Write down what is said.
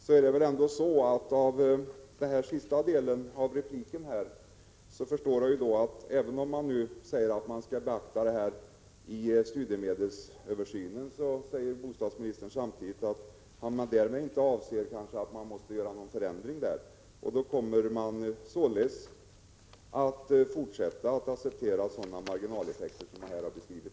Men av sista delen av bostadsministerns inlägg nyss förstår jag att även om man säger att det här skall beaktas vid studiemedelsöversynen, så menar bostadsministern därmed inte att det måste göras någon förändring i detta avseende. Man kommer således även i fortsättningen att acceptera sådana marginaleffekter som jag har beskrivit.